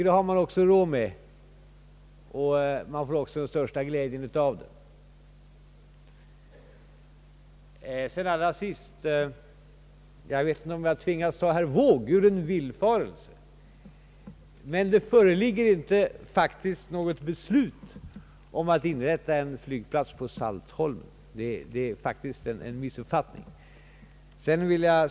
Det har de råd med, och de får också den allra största glädjen av utbyggnaden. Jag är ledsen om jag tvingas ta herr Wååg ur en villfarelse, men det föreligger faktiskt inte något beslut om att inrätta en flygplats på Saltholmen. Det är en missuppfattning.